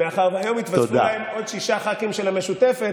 מאחר שהיום התווספו להם עוד שישה ח"כים של המשותפת,